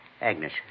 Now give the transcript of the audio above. Agnes